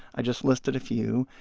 i just listed a few.